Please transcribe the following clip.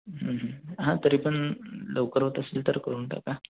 हां तरी पण लवकर होत असेल तर करून टाका